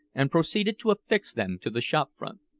and proceeded to affix them to the shop-front.